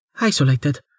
isolated